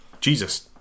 Jesus